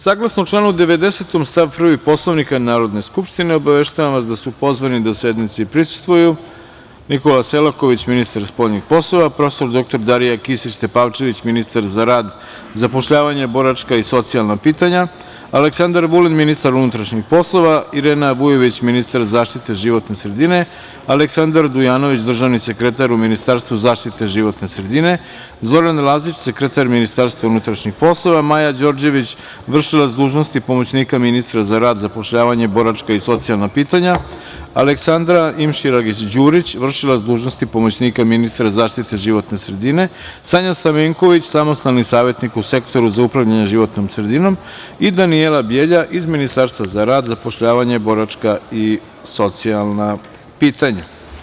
Saglasno članu 90. stav 1. Poslovnika Narodne skupštine, obaveštavam vas da su pozvani da sednici prisustvuju Nikola Selaković, ministar spoljnih poslova, profesor doktor Darija Kisić-Tepavčević, ministar za rad, zapošljavanje, boračka i socijalna pitanja, Aleksandar Vulin, ministar unutrašnjih poslova, Irena Vujović, ministar zaštite životne sredine, Aleksandar Dujanović, državni sekretar u Ministarstvu zaštite životne sredine, Zoran Lazić, sekretar Ministarstva unutrašnjih poslova, Maja Đorđević, vršilac dužnosti pomoćnika ministra za rad, zapošljavanje, boračka i socijalna pitanja, Aleksandra Imširagić Đurić, vršilac dužnosti pomoćnika ministra zaštite životne sredine, Sanja Stamenković, samostalni savetnik u Sektoru za upravljanje životnom sredinom i Danijela Bjelja iz Ministarstva za rad, zapošljavanje, boračka i socijalna pitanja.